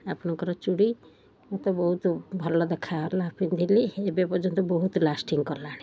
ଆପଣଙ୍କର ଚୁଡ଼ି ମୋତେ ବହୁତ ଭଲ ଦେଖାହଲା ପିନ୍ଧିଲି ଏବେ ପର୍ଯ୍ୟନ୍ତ ବହୁତ ଲାଷ୍ଟିଙ୍ଗ କଲାଣି